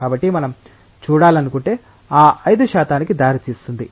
కాబట్టి మనం చూడాలనుకుంటే ఆ 5 శాతానికి దారితీస్తుంది